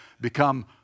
become